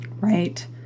Right